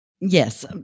Yes